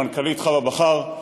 המנכ"לית חוה בכר,